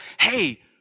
hey